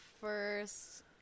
first